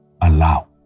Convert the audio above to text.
allow